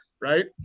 Right